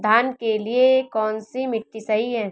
धान के लिए कौन सी मिट्टी सही है?